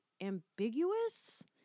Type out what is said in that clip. ambiguous